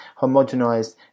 homogenized